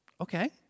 Okay